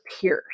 Pierce